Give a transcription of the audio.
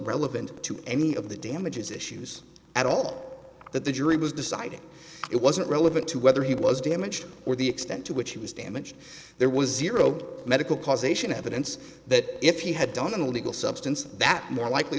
relevant to any of the damages issues at all that the jury was deciding it wasn't relevant to whether he was damaged or the extent to which he was damaged there was zero medical causation evidence that if he had done an illegal substance that more likely